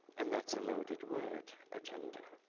and that's a loaded word agenda.